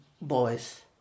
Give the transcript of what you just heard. boys